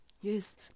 Yes